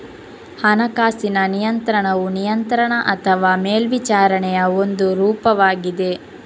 ಹಣಕಾಸಿನ ನಿಯಂತ್ರಣವು ನಿಯಂತ್ರಣ ಅಥವಾ ಮೇಲ್ವಿಚಾರಣೆಯ ಒಂದು ರೂಪವಾಗಿದೆ